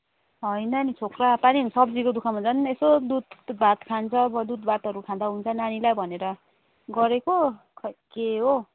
होइन नि छोक्रा पानी झन सब्जीको दुःखमा झन् यसो दुध भात खान्छ दुध भातहरू खान्छ नानीलाई भनेर गरेको खोई के हो हो